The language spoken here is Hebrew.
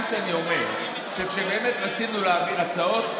מה שאני אומר זה שכאשר באמת רצינו להעביר הצעות,